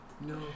No